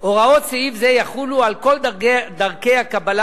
"הוראות סעיף זה יחולו על כל דרכי הקבלה